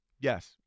Yes